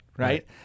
Right